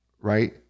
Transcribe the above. right